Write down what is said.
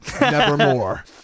nevermore